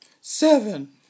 Seven